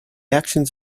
actions